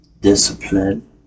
discipline